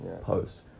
post